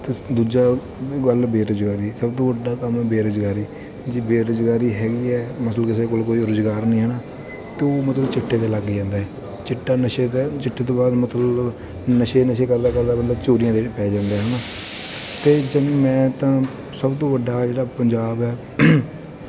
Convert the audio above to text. ਅਤੇ ਦੂਜਾ ਗੱਲ ਬੇਰੁਜ਼ਗਾਰੀ ਸਭ ਤੋਂ ਵੱਡਾ ਹੈ ਬੇਰੁਜ਼ਗਾਰੀ ਜੇ ਬੇਰੁਜ਼ਗਾਰੀ ਹੈਗੀ ਹੈ ਮਤਲਬ ਕਿਸੇ ਕੋਲ ਕੋਈ ਰੁਜ਼ਗਾਰ ਨਹੀਂ ਹੈ ਨਾ ਤਾਂ ਮਤਲਬ ਚਿੱਟੇ 'ਤੇ ਲੱਗ ਜਾਂਦਾ ਚਿੱਟਾ ਨਸ਼ੇ ਦਾ ਚਿੱਟੇ ਤੋਂ ਬਾਅਦ ਮਤਲਬ ਨਸ਼ੇ ਨਸ਼ੇ ਕਰਦਾ ਕਰਦਾ ਬੰਦਾ ਚੋਰੀਆਂ ਦੇ ਵੀ ਪੈ ਜਾਂਦਾ ਹੈ ਨਾ ਅਤੇ ਮੈਂ ਤਾਂ ਸਭ ਤੋਂ ਵੱਡਾ ਜਿਹੜਾ ਪੰਜਾਬ ਹੈ